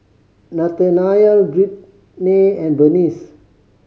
Nathanael Brittnay and Bernice